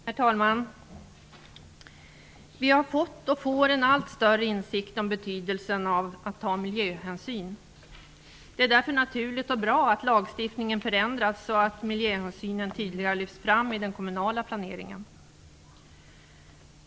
Herr talman! Vi har fått och får en allt större insikt om betydelsen av att ta miljöhänsyn. Det är därför naturligt och bra att lagstiftningen förändras så att miljöhänsynen tydligare lyfts fram i den kommunala planeringen.